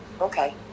Okay